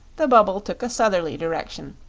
the bubble took a southerly direction,